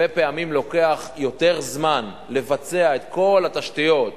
הרבה פעמים לוקח יותר זמן לבצע את כל התשתיות,